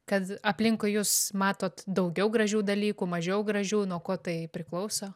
kad aplinkui jūs matot daugiau gražių dalykų mažiau gražių nuo ko tai priklauso